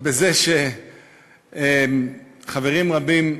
בזה שחברים רבים,